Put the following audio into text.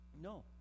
No